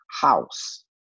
house